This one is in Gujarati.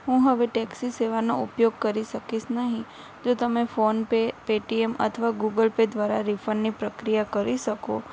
હું હવે ટેક્સી સેવાનો ઉપયોગ કરે શકીશ નહીં જો તમે ફોનપે પેટીએમ અથવા ગુગલ પે દ્વારા રિફંડની પ્રક્રિયા કરી શકો